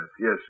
Yes